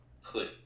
put